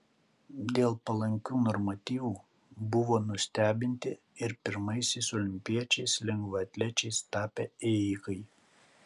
dėl palankių normatyvų buvo nustebinti ir pirmaisiais olimpiečiais lengvaatlečiais tapę ėjikai